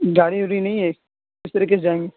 گاڑی ووڑی نہیں ہے کس طریقے سے جائیں گے